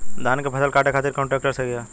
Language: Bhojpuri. धान के फसल काटे खातिर कौन ट्रैक्टर सही ह?